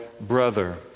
brother